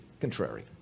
contrary